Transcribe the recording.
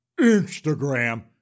Instagram